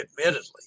Admittedly